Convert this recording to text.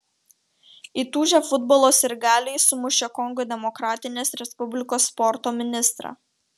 įtūžę futbolo sirgaliai sumušė kongo demokratinės respublikos sporto ministrą